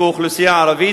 כאוכלוסייה ערבית,